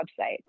website